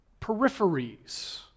peripheries